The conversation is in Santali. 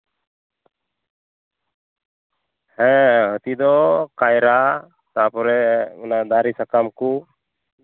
ᱦᱮᱸ ᱦᱟᱹᱛᱤ ᱫᱚ ᱠᱟᱭᱨᱟ ᱛᱟᱯᱚᱨᱮ ᱚᱱᱟ ᱫᱟᱨᱮ ᱥᱟᱠᱟᱢ ᱠᱚ